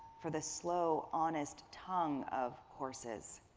for the slow honest tongue of horses.